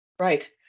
Right